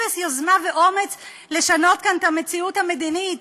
אפס יוזמה ואומץ לשנות כאן את המציאות המדינית,